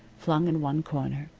flung in one corner,